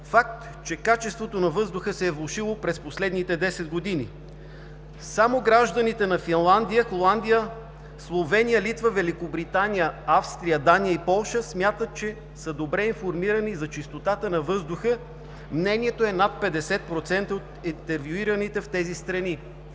факт, че качеството на въздуха се е влошило през последните 10 години. Само гражданите на Финландия, Холандия, Словения, Литва, Великобритания, Австрия, Дания и Полша смятат, че са добре информирани за чистотата на въздуха. Мнението е на над 50% от интервюираните в тези страни.